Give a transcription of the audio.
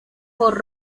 por